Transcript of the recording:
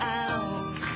out